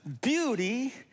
beauty